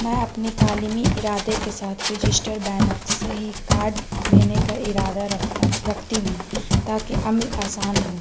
میں اپنی تعلیمی ارادے کے ساتھ رجسٹر بینک سے ہی کارڈ لینے کا ارادہ رکھتا رکھتی ہوں تاکہ عمل آسان ہو